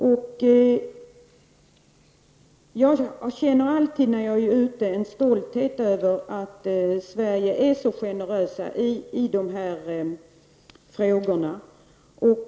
När jag är ute och reser känner jag alltid stolthet över Sveriges generositet i dessa hänseenden.